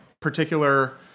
particular